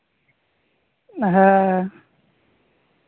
ᱦᱮᱸ